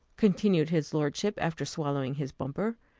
continued his lordship, after swallowing his bumper,